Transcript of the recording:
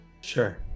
Sure